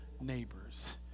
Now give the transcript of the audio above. neighbors